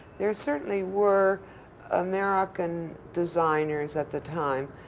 there certainly were american designers at the time.